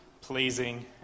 pleasing